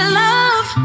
love